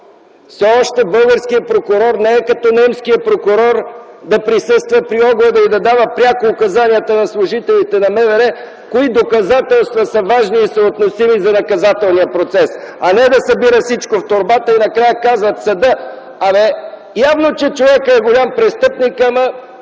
Все още българският прокурор не е като немският прокурор да присъства при огледа и да дава пряко указанията на служителите на МВР, кои доказателства са важни и са относими за наказателния процес, а не да събира всичко в торбата и накрая казва в съда: „Явно, че човекът е голям престъпник, ама